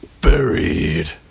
Buried